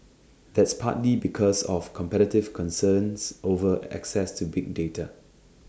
that's partly because of competitive concerns over access to big data